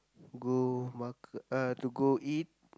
go mak~ uh to go eat